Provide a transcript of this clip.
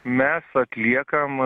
mes atliekam